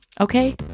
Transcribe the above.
Okay